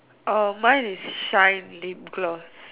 uh mine is shine lip gloss